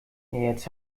jetzt